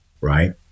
right